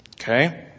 okay